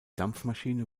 dampfmaschine